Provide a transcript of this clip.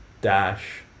Dash